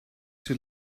too